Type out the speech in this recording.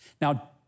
Now